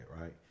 right